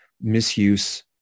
misuse